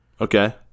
okay